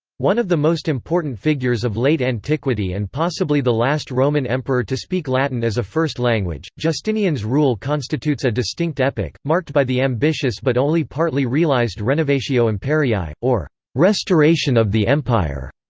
one of the most important figures of late antiquity and possibly the last roman emperor to speak latin as a first language, justinian's rule constitutes a distinct epoch, marked by the ambitious but only partly realized renovatio imperii, or restoration of the empire.